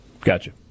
Gotcha